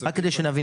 רק כדי שנבין.